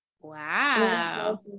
Wow